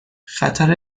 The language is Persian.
خطر